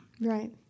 Right